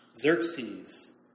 Xerxes